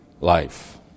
life